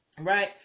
Right